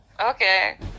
okay